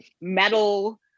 metal